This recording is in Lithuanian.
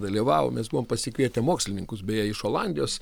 dalyvavo mes buvom pasikvietę mokslininkus beje iš olandijos